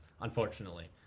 unfortunately